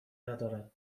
ندارند